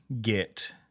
get